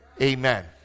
Amen